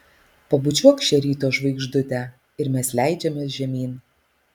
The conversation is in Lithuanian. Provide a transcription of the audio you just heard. pabučiuok šią ryto žvaigždutę ir mes leidžiamės žemyn